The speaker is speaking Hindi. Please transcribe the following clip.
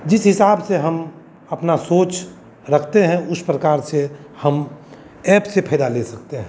जिस हिसाब से हम अपना सोच रखते हैं उस प्रकार से हम ऐप से फ़ायदा ले सकते हैं